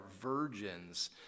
virgins